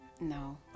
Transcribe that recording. No